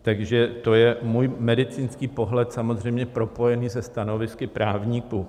Takže to je můj medicínský pohled, samozřejmě propojený se stanovisky právníků.